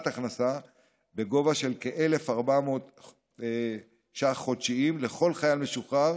הכנסה בגובה של כ-1,400 ש"ח חודשיים לכל חייל משוחרר